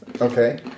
Okay